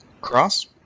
Cross